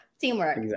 Teamwork